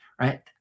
right